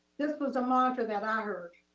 this was a mantra that i heard